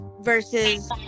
versus